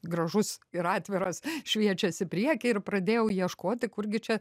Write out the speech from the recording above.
gražus ir atviros šviečias į priekį ir pradėjau ieškoti kurgi čia